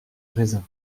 raisin